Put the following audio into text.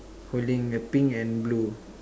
holding a pink and blue